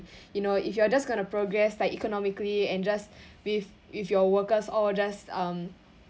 you know if you are just going to progress like economically and just with with your workers all just um